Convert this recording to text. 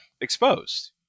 exposed